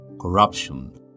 corruption